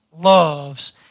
loves